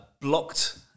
blocked